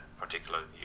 particularly